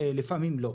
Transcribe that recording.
לפעמים לא.